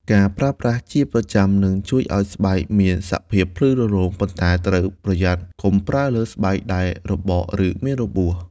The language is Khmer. ការប្រើប្រាស់ជាប្រចាំនឹងជួយឲ្យស្បែកមានសភាពភ្លឺរលោង ប៉ុន្តែត្រូវប្រយ័ត្នកុំប្រើលើស្បែកដែលរបក ឬមានរបួស។